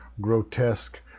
grotesque